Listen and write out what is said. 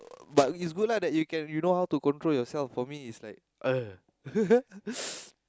but is good lah that you can control you know how to control yourself for me is like